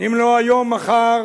אם לא היום, מחר.